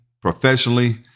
professionally